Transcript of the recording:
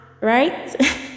Right